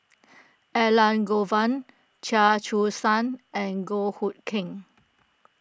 Elangovan Chia Choo Suan and Goh Hood Keng